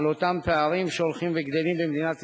על אותם פערים שהולכים וגדלים במדינת ישראל,